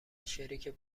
شریک